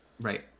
Right